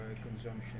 consumption